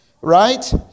Right